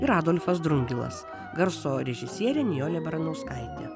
ir adolfas drungilas garso režisierė nijolė baranauskaitė